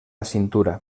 cintura